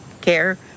care